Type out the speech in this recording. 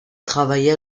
travailla